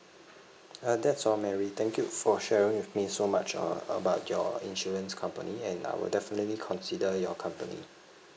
uh that's all mary thank you for sharing with me so much uh about your insurance company and I will definitely consider your company